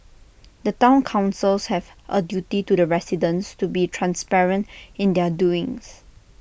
the Town councils have A duty to the residents to be transparent in their doings